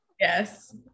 Yes